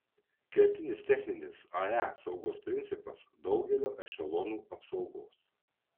kertinis techninis ae saugos principas daugelio ešelonų apsaugos